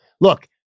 Look